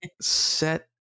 set